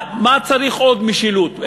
מה צריך עוד משילות?